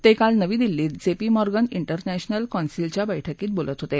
ते काल नवी दिल्ली क्विं जेपी मॉर्गन डेरनॅशनल कौन्सिलच्या बैठकीत बोलत होते